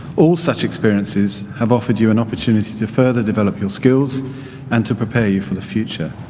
all such experiences have offered you an opportunity to further develop your skills and to prepare you for the future.